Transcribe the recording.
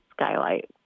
skylight